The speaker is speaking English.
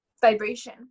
vibration